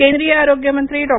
केंद्रीय आरोग्यमंत्री डॉ